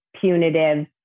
punitive